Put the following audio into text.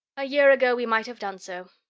a year ago we might have done so.